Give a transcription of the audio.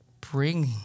bring